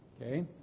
Okay